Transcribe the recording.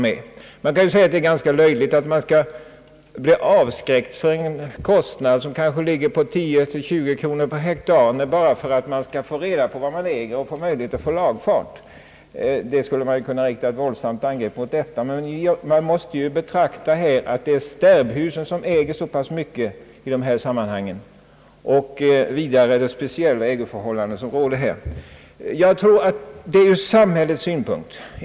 Det kan ju sägas att det är ganska löjligt att man skall hesitera för en kostnad på mellan 10 och 20 kronor per hektar för att få reda på vad man äger för mark och få lagfart på den. Detta skulle man kunna rikta ett våldsamt angrepp mot, men man måste ju också beakta att stärbhus äger rätt mycket mark här uppe och vidare att här råder speciella ägoförhållanden.